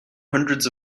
hundreds